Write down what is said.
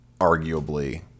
arguably